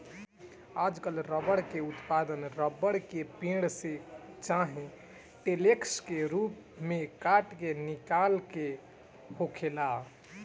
आजकल रबर के उत्पादन रबर के पेड़, से चाहे लेटेक्स के रूप में काट के निकाल के होखेला